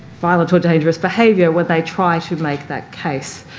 violent or dangerous behaviour, where they try to make that case,